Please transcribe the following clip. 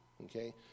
Okay